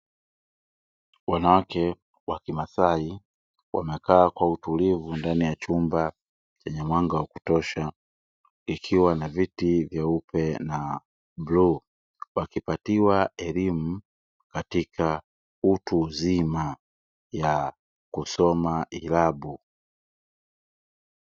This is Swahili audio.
Wanawake wa kimasai wamekaa kwa utulivu ndani ya chumba chenye mwanga wa kutosha, ikiwa na viti vyeupe na bluu wakipatiwa elimu katika utu uzima ya kusoma ilabu.